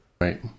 right